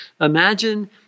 Imagine